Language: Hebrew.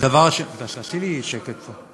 תעשי לי שקט פה.